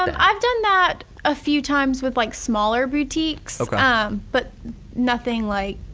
um i've done that a few times with like smaller boutiques ah um but nothing like,